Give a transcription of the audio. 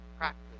Practice